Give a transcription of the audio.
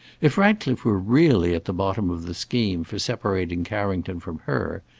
if ratcliffe were really at the bottom of the scheme for separating carrington from her,